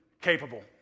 capable